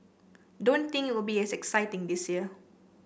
don't think it will be as exciting this year